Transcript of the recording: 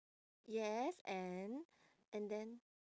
yes and and then